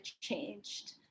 changed